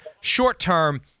short-term